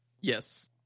Yes